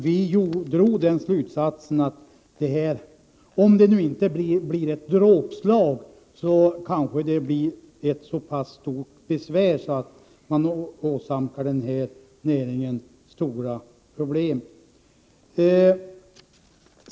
Vi drog den slutsatsen att detta, om det nu inte blir ett dråpslag, kanske kommer att innebära så stora besvär att näringen åsamkas stora problem.